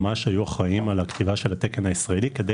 ממש היו אחראיים על כתיבת התקן הישראלי כדי